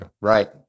Right